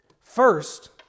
First